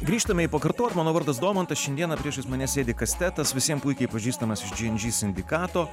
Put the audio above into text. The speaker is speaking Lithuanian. grįžtame į pakartot mano vardas domantas šiandieną priešais mane sėdi kastetas visiem puikiai pažįstamas iš džy en džy sindikato